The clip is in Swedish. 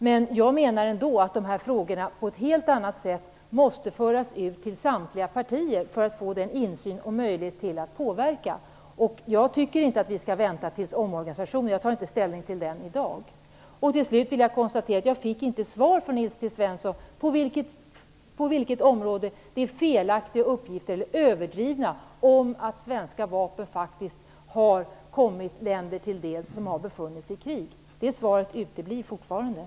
Men jag menar ändå att dessa frågor på ett helt annat sätt måste föras ut till samtliga partier för att dessa skall få insyn och möjlighet att påverka. Jag tycker inte att vi skall vänta till omorganisationen; den tar jag inte ställning till i dag. Till slut konstaterar jag att jag inte fick svar av Nils T Svensson på frågan om på vilket område uppgifterna om att svenska vapen har kommit länder i krig till del har varit felaktiga eller överdrivna. Svaret på detta har uteblivit.